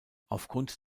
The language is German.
aufgrund